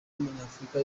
w’umunyafurika